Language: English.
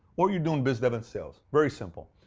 or you're doing biz dev and sales. very simple.